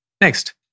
Next